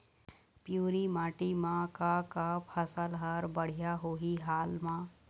पिवरी माटी म का का फसल हर बढ़िया होही हाल मा?